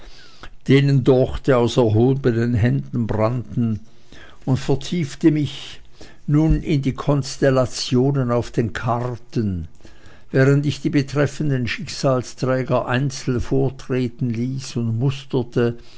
denen dochte aus erhobenen händen brannten und vertiefte mich nun in die konstellationen auf den karten während ich die betreffenden schicksalsträger einzeln vortreten ließ und musterte